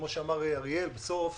כמו שאמר אריאל, בסוף